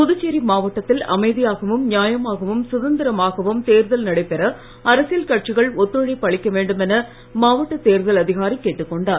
புதுச்சேரி மாவட்டத்தில் அமைதியாகவும் நியாயமாகவும் சுதந்திரமாகவும் தேர்தல் நடைபெற அரசியல் கட்சிகள் ஒத்துழைப்பு அளிக்க வேண்டுமென மாவட்ட தேர்தல் அதிகாரி கேட்டுக்கொண்டார்